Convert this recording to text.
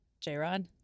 J-Rod